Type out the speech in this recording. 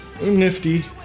nifty